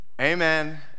Amen